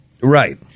Right